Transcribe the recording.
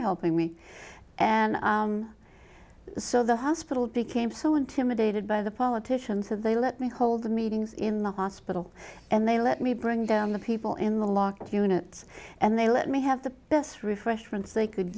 helping me and so the hospital became so intimidated by the politicians that they let me hold meetings in the hospital and they let me bring down the people in the locked unit and they let me have the best refreshments they could